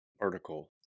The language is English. article